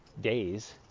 days